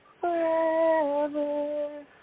forever